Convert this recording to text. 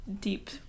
deep